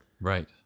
Right